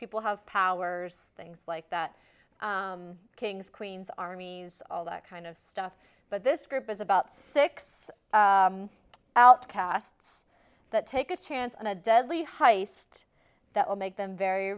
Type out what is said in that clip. people have powers things like that kings queens armies all that kind of stuff but this group is about six outcasts that take a chance on a deadly heist that will make them very